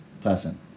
person